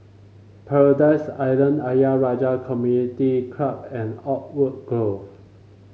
Paradise Island Ayer Rajah Community Club and Oakwood Grove